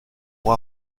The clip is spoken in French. pour